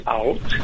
out